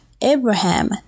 Abraham